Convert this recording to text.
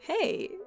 Hey